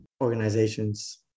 organizations